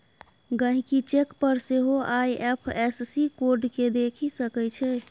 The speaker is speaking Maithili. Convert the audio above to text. गहिंकी चेक पर सेहो आइ.एफ.एस.सी कोड केँ देखि सकै छै